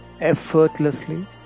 effortlessly